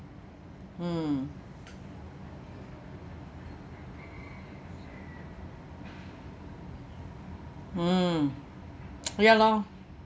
mm mm ya lor